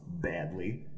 badly